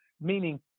meaning